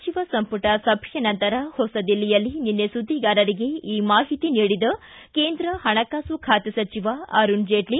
ಸಚಿವ ಸಂಪುಟ ಸಭೆ ನಂತರ ಹೊಸದಿಲ್ಲಿಯಲ್ಲಿ ನಿನ್ನೆ ಸುದ್ದಿಗಾರರಿಗೆ ಈ ಮಾಹಿತಿ ನೀಡಿದ ಕೇಂದ್ರ ಹಣಕಾಸು ಖಾತೆ ಸಚಿವ ಅರುಣ್ ಜೇಟ್ಲ